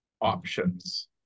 options